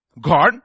God